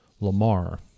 Lamar